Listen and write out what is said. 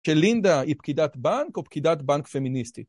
שלינדה היא פקידת בנק או פקידת בנק פמיניסטית?